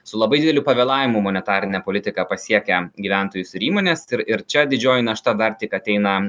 su labai dideliu pavėlavimu monetarinė politika pasiekia gyventojus ir įmones ir ir čia didžioji našta dar tik ateina